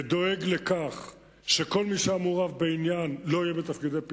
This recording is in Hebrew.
והוא דואג לכך שכל מי שהיה מעורב בעניין לא יהיה בתפקידי פיקוד,